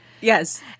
Yes